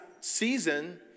season